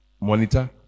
monitor